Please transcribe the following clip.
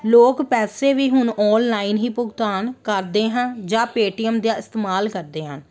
ਲੋਕ ਪੈਸੇ ਵੀ ਹੁਣ ਔਨਲਾਈਨ ਹੀ ਭੁਗਤਾਨ ਕਰਦੇ ਹਾਂ ਜਾਂ ਪੇਟੀਐਮ ਦੇ ਇਸਤੇਮਾਲ ਕਰਦੇ ਹਾਂ